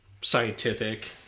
scientific